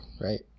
right